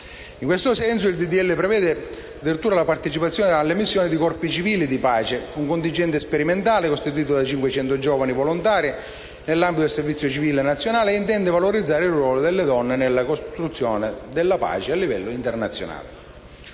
In questo senso, il disegno di legge prevede la partecipazione alle missioni dei corpi civili di pace, un contingente sperimentale costituito da 500 giovani volontari nell'ambito del servizio civile nazionale, e intende valorizzare il ruolo delle donne nella costruzione della pace al livello internazionale.